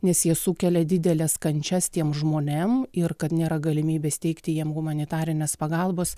nes jie sukelia dideles kančias tiem žmonėm ir kad nėra galimybės teikti jiem humanitarinės pagalbos